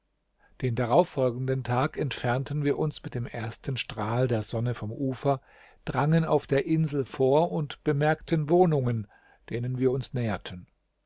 den darauf folgenden tag entfernten wir uns mit dem ersten strahl der sonne vom ufer drangen auf der insel vor und bemerkten wohnungen denen wir uns näherten